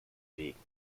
wegen